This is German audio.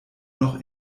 noch